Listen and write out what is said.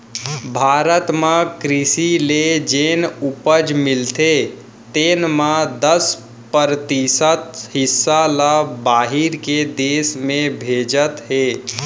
भारत म कृसि ले जेन उपज मिलथे तेन म दस परतिसत हिस्सा ल बाहिर के देस में भेजत हें